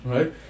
Right